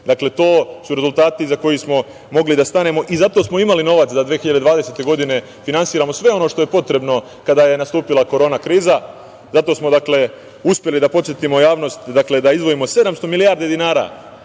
to su rezultati iza kojih smo mogli da stanemo i zato smo imali novac da 2020. godine finansiramo sve ono što je potrebno kada je nastupila korona kriza. Zato smo uspeli, da podsetim javnost, da izdvojimo 700 milijardi dinara